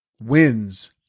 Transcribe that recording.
wins